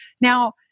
Now